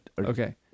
Okay